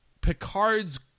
Picard's